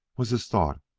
was his thought,